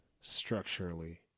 structurally